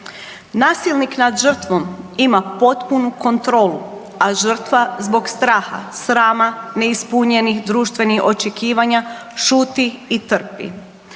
Nasilnik nad žrtvom ima potpunu kontrolu, a žrtva zbog straha, srama, neispunjenih društvenih očekivanja šuti i trpi.